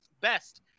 best